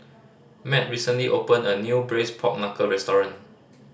Mat recently opened a new Braised Pork Knuckle restaurant